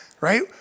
right